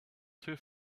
two